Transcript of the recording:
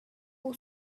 who